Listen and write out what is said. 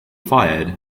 fired